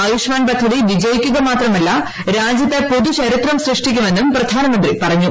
ആയുഷ്മാൻ പദ്ധതി വിജയിക്കുക മാത്രമല്ല രാജ്യത്ത് പുതു ചരിത്രം സൃഷ്ടിക്കുമെന്നും പ്രധാനമന്ത്രി പ്ലറഞ്ഞു